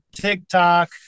TikTok